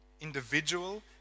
Individual